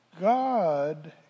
God